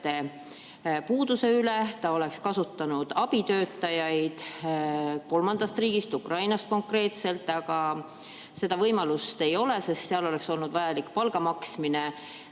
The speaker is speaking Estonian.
puuduse pärast. Ta oleks kasutanud abitöötajaid kolmandast riigist, Ukrainast konkreetselt, aga seda võimalust ei ole, sest neile oleks olnud vaja maksta